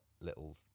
little